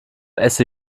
esse